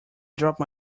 dropped